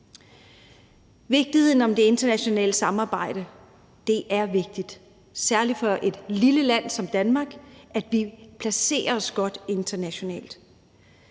dagsorden. Det internationale samarbejde er vigtigt, særlig for et lille land som Danmark, altså at vi placerer os godt internationalt.